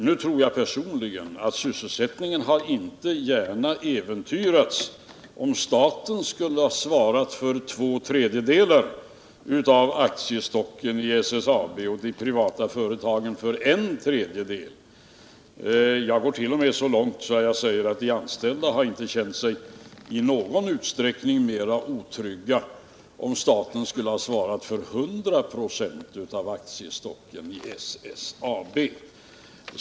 Nu tror jag personligen att sysselsättningen inte gärna hade äventyrats om staten hade svarat för två tredjedelar och de privata företagen för en tredjedel av aktiestocken i SSAB. Jag går t.o.m. så långt att jag säger att de anställda inte hade känt sig mer otrygga om staten hade svarat för 100 6 av aktiestocken i SSAB.